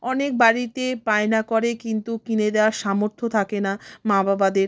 অনেক বাড়িতে বায়না করে কিন্তু কিনে দেওয়ার সামর্থ্য থাকে না মা বাবাদের